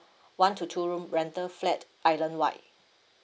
one to two room rental flat island wide